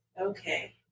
Okay